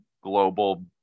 global